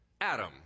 Adam